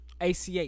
ACH